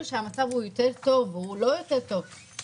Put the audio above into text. שהמצב הוא יותר טוב והוא לא יותר טוב,